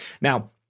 Now